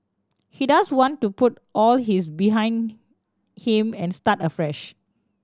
he does want to put all his behind him and start afresh